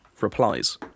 Replies